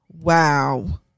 Wow